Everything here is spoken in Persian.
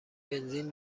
بنزین